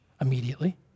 immediately